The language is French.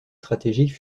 stratégique